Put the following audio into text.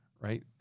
Right